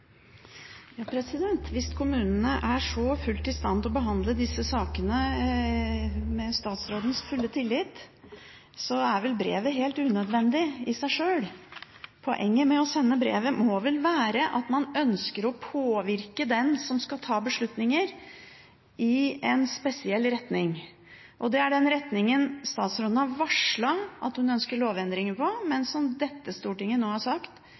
så godt i stand til å behandle disse sakene med statsrådens fulle tillit, er vel brevet helt unødvendig i seg sjøl. Poenget med å sende brevet må vel være at man ønsker å påvirke den som skal ta beslutninger, i en spesiell retning. Det er i den retningen statsråden har varslet at hun ønsker lovendringer, men dette stortinget har nå sagt